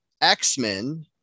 x-men